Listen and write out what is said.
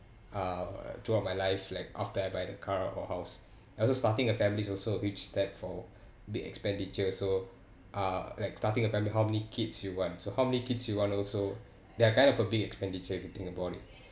uh throughout my life like after I buy the car or house also starting a family's also big step for big expenditure also uh like starting a family how many kids you want so how many kids you want also there are kind of a big expenditure if you think about it